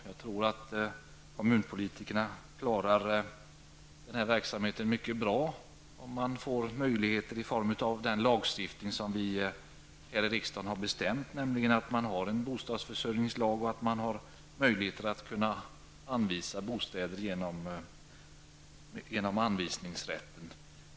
Jag tror att de klarar den här verksamheten mycket bra, om de får möjligheter i form av den lagstiftning som vi här i riksdagen har bestämt: att man har en bostadsförsörjningslag och att man genom anvisningsrätten har möjligheter att anvisa bostäder.